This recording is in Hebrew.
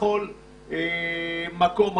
מכל מקום אחר.